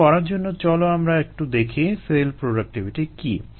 এটা করার জন্য চলো আমরা একটু দেখি সেল প্রোডাক্টিভিটি কী